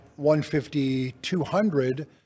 150-200